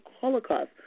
Holocaust